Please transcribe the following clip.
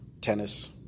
tennis